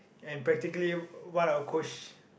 and practically what our coach